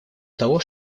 того